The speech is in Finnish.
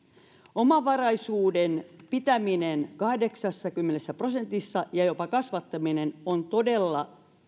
omavaraisuuden pitäminen kahdeksassakymmenessä prosentissa ja jopa kasvattaminen on todella